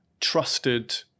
trusted